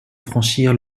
franchir